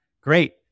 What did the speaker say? great